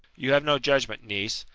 you have no judgment, niece.